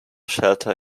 shelter